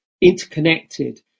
interconnected